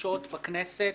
חדשות בכנסת.